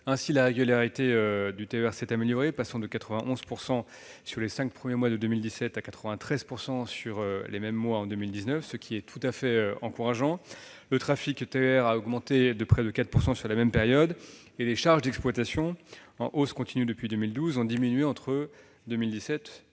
Ainsi, la régularité du TER s'est améliorée, passant de 91 % sur les cinq premiers mois de 2017 à 93 % sur les mêmes mois en 2019, ce qui est tout à fait encourageant. Le trafic TER a augmenté de près de 4 % sur la même période. Les charges d'exploitation, en hausse continue depuis 2012, ont diminué entre 2017 et 2018.